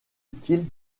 utile